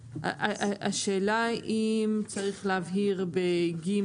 השאלה אם צריך להבהיר בסעיף (ג)